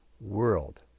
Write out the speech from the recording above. world